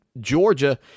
Georgia